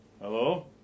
Hello